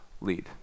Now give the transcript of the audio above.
lead